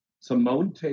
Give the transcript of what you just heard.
Simone